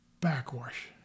backwash